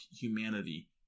humanity